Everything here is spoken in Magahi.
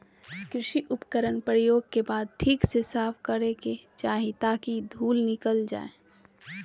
कृषि उपकरण प्रयोग के बाद ठीक से साफ करै के चाही ताकि धुल निकल जाय